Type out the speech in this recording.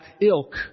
ilk